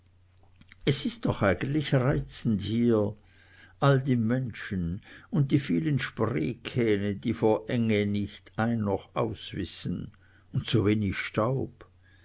es ist doch eigentlich reizend hier all die menschen und die vielen spreekähne die vor enge nicht ein noch aus wissen und so wenig staub